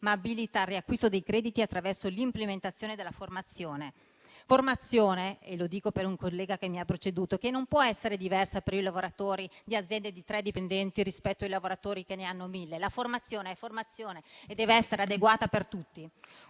ma abilita al riacquisto dei crediti attraverso l'implementazione della formazione; formazione - lo dico per un collega che mi ha preceduto - che non può essere diversa per i lavoratori di aziende di tre dipendenti rispetto ai lavoratori che ne hanno 1.000. La formazione è formazione e deve essere adeguata per tutti.